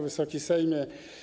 Wysoki Sejmie!